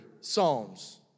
psalms